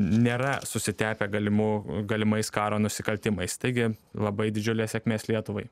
nėra susitepę galimu galimais karo nusikaltimais taigi labai didžiulės sėkmės lietuvai